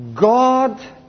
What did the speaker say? God